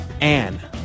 Anne